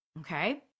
Okay